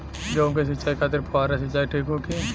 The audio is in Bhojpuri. गेहूँ के सिंचाई खातिर फुहारा सिंचाई ठीक होखि?